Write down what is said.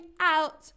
out